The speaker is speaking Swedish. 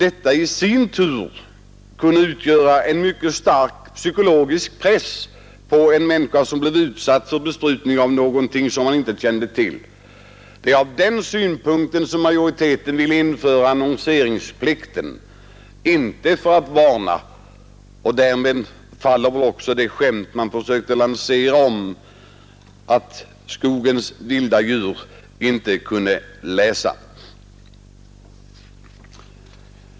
Vi ansåg att det skulle utgöra en alltför stark psykologisk press för en människa att bli utsatt för besprutning av något hon inte kände till. Det var mot bakgrunden av denna synpunkt som majoriteten ville införa annonseringsplikten — inte för att varna. Därmed faller väl också det skämt man försökte att lansera om att skogens vilda djur inte kunde läsa.